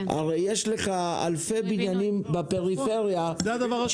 הרי יש לך אלפי בניינים בפריפריה -- זה הדבר השני.